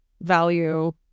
value